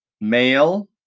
Male